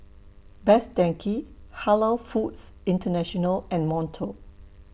Best Denki Halal Foods International and Monto